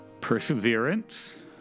Perseverance